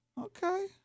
Okay